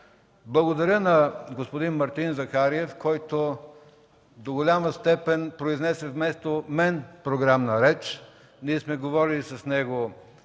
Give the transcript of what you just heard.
развива. Благодаря на господин Мартин Захариев, който до голяма степен произнесе вместо мен програмна реч. Ние сме говорили с него